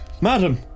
Madam